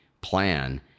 plan